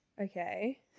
Okay